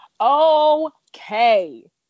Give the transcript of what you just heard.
Okay